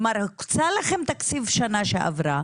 כלומר הוקצה לכם תקציב שנה שעברה,